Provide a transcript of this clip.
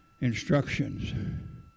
instructions